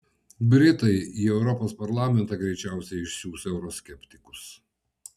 britai į europos parlamentą greičiausiai išsiųs euroskeptikus